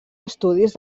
estudis